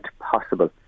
possible